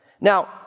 Now